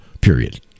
Period